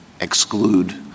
exclude